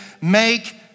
Make